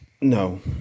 No